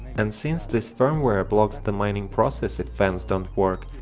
and since this firmware blocks the mining process if fans don't work,